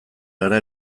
gara